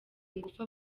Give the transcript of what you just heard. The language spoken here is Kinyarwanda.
ingufu